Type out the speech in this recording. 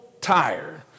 tired